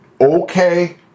Okay